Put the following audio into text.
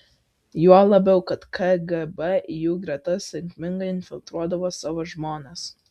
juo labiau kad kgb į jų gretas sėkmingai infiltruodavo savo žmones